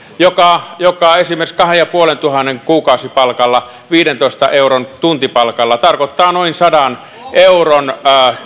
tunnin työjakso joka esimerkiksi kahdentuhannenviidensadan euron kuukausipalkalla viidentoista euron tuntipalkalla tarkoittaa noin sadan euron